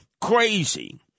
crazy